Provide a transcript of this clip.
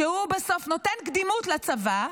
שהוא בסוף נותן קדימות לצבא,